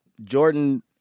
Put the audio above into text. Jordan